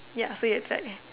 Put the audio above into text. ya so it's like